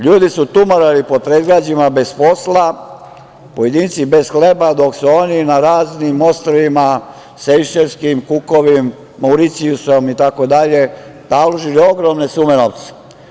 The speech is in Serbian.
Ljudi su tumarali po predgrađima bez posla, pojedinci bez hleba dok su oni na raznim ostrvima Sejšelskim, Kukovim, Mauricijusom itd, taložili ogromne sume novca.